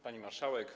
Pani Marszałek!